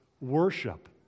worship